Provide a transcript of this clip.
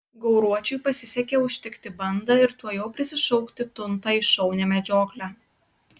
gauruočiui pasisekė užtikti bandą ir tuojau prisišaukti tuntą į šaunią medžioklę